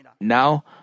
Now